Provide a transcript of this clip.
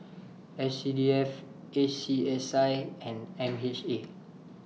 S C D F A C S I and M H A